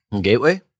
Gateway